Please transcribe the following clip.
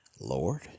Lord